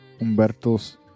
Humberto